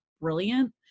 brilliant